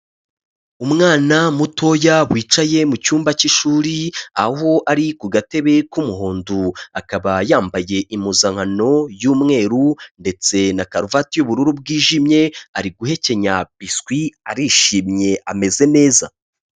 Umwana mutoya wicaye mu cyumba cy'ishuri aho ari ku gatebe k'umuhondo. Akaba yambaye impuzankano y'umweru ndetse na karuvati y'ubururu bwijimye, ari guhekenya biswi, arishimye, ameze neza.